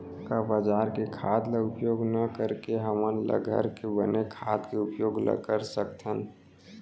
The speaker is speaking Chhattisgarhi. का बजार के खाद ला उपयोग न करके हमन ल घर के बने खाद के उपयोग ल कर सकथन?